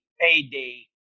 payday